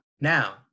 Now